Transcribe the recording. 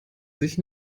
sich